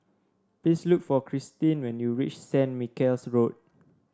please look for Christin when you reach St Michael's Road